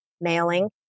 mailing